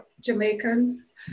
Jamaicans